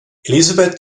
elisabeth